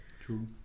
True